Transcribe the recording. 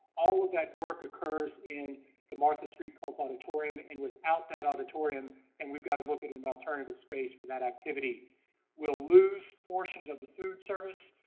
all of that work occurs in the martha street culp auditorium and without that auditorium and we've got to look at an alternative space for that activity. we will lose portions of the food service,